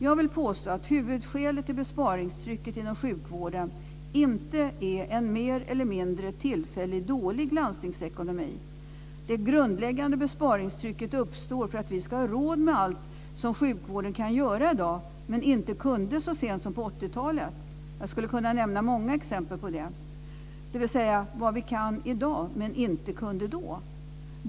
Jag vill påstå att huvudskälet till besparingstrycket inom sjukvården inte är en, mer eller mindre tillfällig, dålig landstingsekonomi. Det grundläggande besparingstrycket uppstår för att vi ska ha råd med allt som sjukvården kan göra i dag men inte kunde så sent som på 1980-talet. Jag skulle kunna nämna många exempel på det, dvs. vad vi kan i dag men inte kunde då.